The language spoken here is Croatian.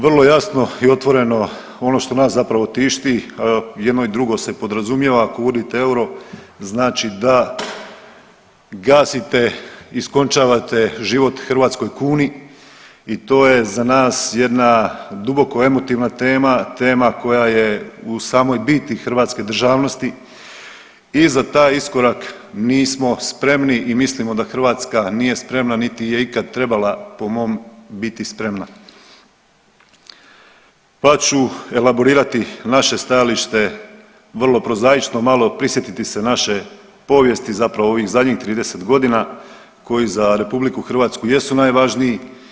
Vrlo jasno i otvoreno ono što nas zapravo tišti jedno i drugo se podrazumijeva ako uvodite euro znači da gasite, iskončavate život hrvatskoj kuni i to je za nas jedna duboko emotivna tema, tema koja je u samoj biti hrvatske državnosti i za taj iskorak nismo spremni i mislimo da Hrvatska nije spremna, niti je ikad trebala po mom biti spremna, pa ću elaborirati naše stajalište vrlo prozaično, malo prisjetiti se naše povijesti, zapravo ovih zadnjih 30.g. koji za RH jesu najvažniji.